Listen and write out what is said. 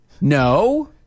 no